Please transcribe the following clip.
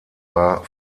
war